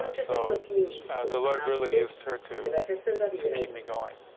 so the live really used her too to keep me going.